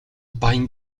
баян